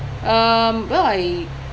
um well I